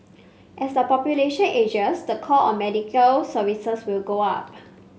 as the population ages the call on medical services will go up